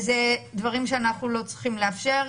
ואלה דברים שאנחנו לא צריכים לאפשר,